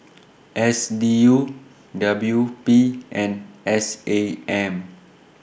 S D U W P and S A M